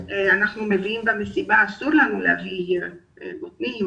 אסור להם להביא למסיבה או לבית הספר,